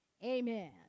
Amen